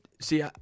See